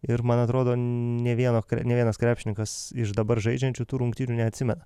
ir man atrodo nė vieno kre nė vienas krepšininkas iš dabar žaidžiančių tų rungtynių neatsimena